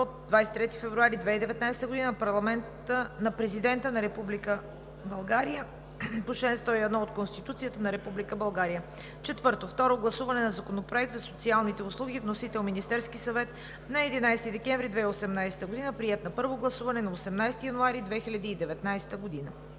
от 23 февруари 2019 г. на Президента на Република България по чл. 101 от Конституцията на Република България. 4. Второ гласуване на Законопроекта за социалните услуги. Вносител: Министерският съвет на 11 декември 2018 г. Приет на първо гласуване на 18 януари 2019 г.